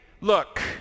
look